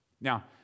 Now